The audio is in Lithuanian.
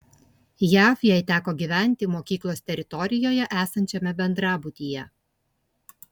jav jai teko gyventi mokyklos teritorijoje esančiame bendrabutyje